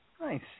Nice